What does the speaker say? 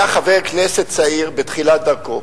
הוא היה חבר כנסת צעיר, בתחילת דרכו.